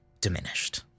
diminished